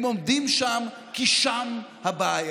הם עומדים שם כי שם הבעיה.